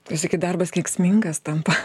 tai sakyt darbas kenksmingas tampa